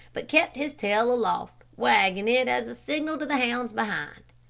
but kept his tail aloft, wagging it as a signal to the hounds behind.